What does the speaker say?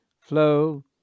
flow